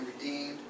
redeemed